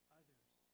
others